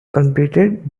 completed